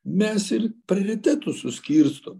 mes ir prioritetus suskirstom